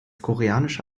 koreanische